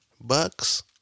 Bucks